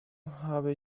habe